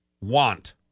want